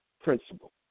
principle